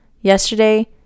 Yesterday